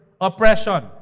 oppression